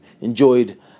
enjoyed